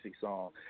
song